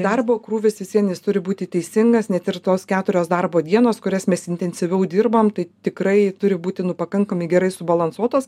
darbo krūvis vis vien jis turi būti teisingas net ir tos keturios darbo dienos kurias mes intensyviau dirbam tai tikrai turi būti nu pakankamai gerai subalansuotos